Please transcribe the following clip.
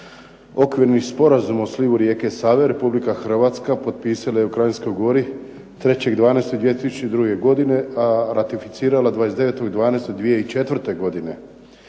Okvirni sporazum o slivu rijeke Save Republika Hrvatska potpisala je u Kranjskoj gori 3.12.2002. godine, a ratificirala 29.12.2004. godine.